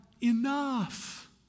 enough